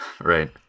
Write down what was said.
Right